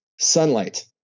Sunlight